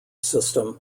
system